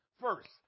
first